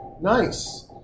Nice